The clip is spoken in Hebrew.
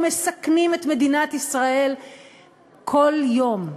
ומסכנים את מדינת ישראל בכל יום,